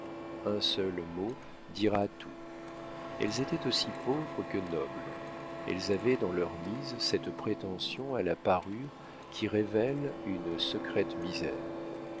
un seul mot dira tout elles étaient aussi pauvres que nobles elles avaient dans leur mise cette prétention à la parure qui révèle une secrète misère